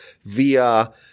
via